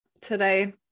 today